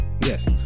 Yes